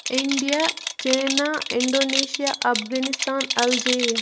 India China Indonesia Afghanistan Algeria